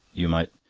you might.